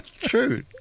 True